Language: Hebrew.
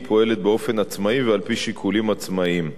היא פועלת באופן עצמאי ועל-פי שיקולים עצמאיים.